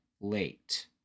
late